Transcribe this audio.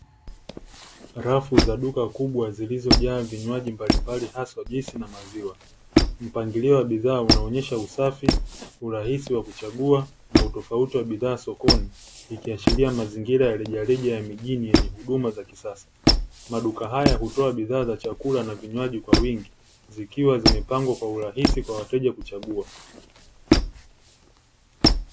Rafu za duka kubwa zilizojaa vinywaji mbalimbali asa juisi na maziwa mpangilio wa bidhaa unaonyesha usafi na urahisi wa kuchagua na utofautia wa bidhaa sokoni na mazingira ya rejareja mijini yenye huduma za kisasa, maduka haya hutoa bidhaa za chakula na vinywaji kwa wingi zikiwa zimepangwa kwa urahisi kwa wateja kuchagua.